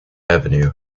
avenue